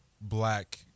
Black